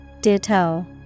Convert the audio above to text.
Ditto